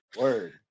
word